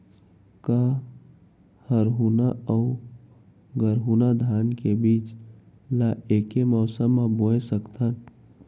का हरहुना अऊ गरहुना धान के बीज ला ऐके मौसम मा बोए सकथन?